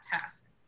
task